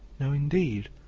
no, indeed!